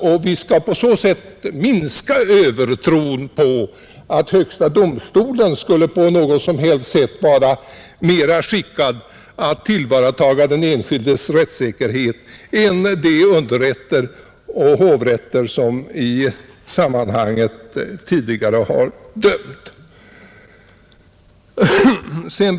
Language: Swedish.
På det sättet minskar vi också övertron på att högsta domstolen är mera skickad att tillvarata den enskildes rättssäkerhet än underrätter och hovrätter, som tidigare har dömt i ett mål.